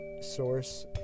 source